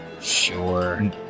Sure